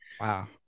Wow